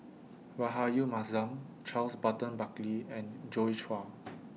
Rahayu Mahzam Charles Burton Buckley and Joi Chua